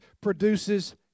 produces